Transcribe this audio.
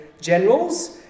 generals